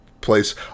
place